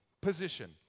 position